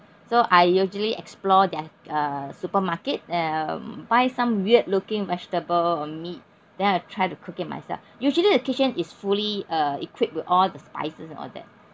so I usually explore their uh supermarket um buy some weird looking vegetable or meat then I'll try to cook it myself usually the kitchen is fully uh equipped with all the spices and all that